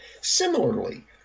Similarly